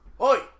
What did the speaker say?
Oi